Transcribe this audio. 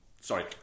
Sorry